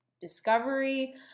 discovery